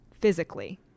physically